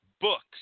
books